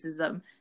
racism